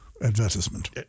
advertisement